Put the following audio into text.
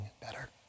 better